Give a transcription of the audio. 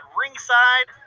ringside